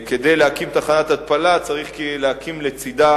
כדי להקים תחנת התפלה צריך להקים לצדה